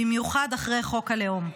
במיוחד אחרי חוק הלאום.